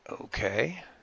Okay